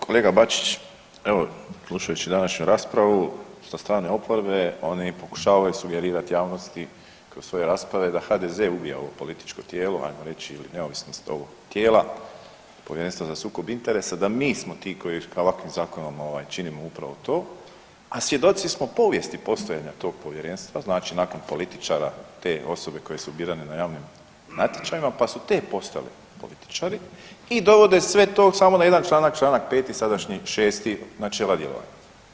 Kolega Bačić, evo slušajući današnju raspravu sa strane oporbe oni pokušavaju sugerirat javnosti kroz svoje rasprave da HDZ ubija ovo političko tijelo, ajmo reći ili neovisnost ovog tijela Povjerenstvo za sukob interesa, da mi smo ti koji kao ovakvim zakonom ovaj činimo upravo to, a svjedoci smo povijesti postojanja tog povjerenstva znači nakon političara te osobe koje su birane na javnim natječajima, pa su te postale političari i dovode sve to samo na jedan članak, čl. 5., sadašnji 6. načela djelovanja.